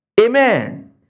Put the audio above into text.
Amen